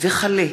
אכרם